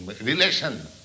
relation